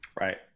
right